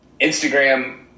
Instagram